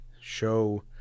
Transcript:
show